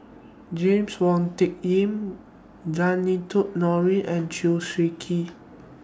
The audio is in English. James Wong Tuck Yim Zainudin Nordin and Chew Swee Kee